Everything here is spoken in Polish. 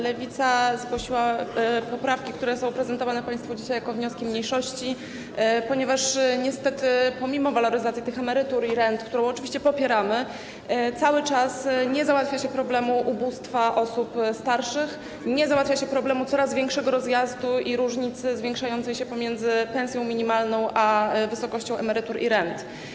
Lewica zgłosiła poprawki, które są prezentowane państwu dzisiaj jako wnioski mniejszości, ponieważ niestety pomimo waloryzacji tych emerytur i rent, którą oczywiście popieramy, cały czas nie załatwia się problemu ubóstwa osób starszych, nie załatwia się problemu coraz większego rozjazdu, zwiększającej się różnicy pomiędzy pensją minimalną a wysokością emerytur i rent.